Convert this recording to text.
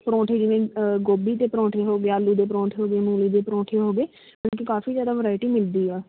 ਪਰੌਂਠੇ ਜਿਵੇਂ ਗੋਭੀ ਦੇ ਪਰੌਂਠੇ ਹੋ ਗਏ ਆਲੂ ਦੇ ਪਰੌਂਠੇ ਹੋ ਗਏ ਮੂਲੀ ਦੇ ਪਰੌਂਠੇ ਹੋ ਗਏ ਮਤਲਬ ਕਿ ਕਾਫ਼ੀ ਜ਼ਿਆਦਾ ਵਰਾਇਟੀ ਮਿਲਦੀ ਆ